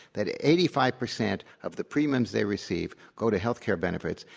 that eighty five percent of the premiums they receive go to health care benefits,